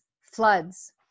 floods